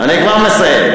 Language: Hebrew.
אני כבר מסיים.